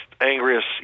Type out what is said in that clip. angriest